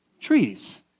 Trees